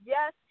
Yes